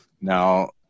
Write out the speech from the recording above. Now